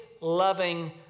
loving